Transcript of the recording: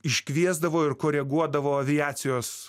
iškviesdavo ir koreguodavo aviacijos